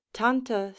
tanta